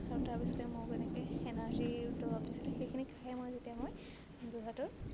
আৰু তাৰপিছতে মোক এনেকৈ এনাৰ্জীৰ দৰব দিছিলে সেইখিনি খায়ে মই যেতিয়া মই যোৰহাটৰ